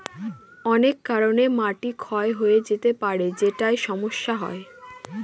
অনেক কারনে মাটি ক্ষয় হয়ে যেতে পারে যেটায় সমস্যা হয়